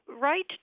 right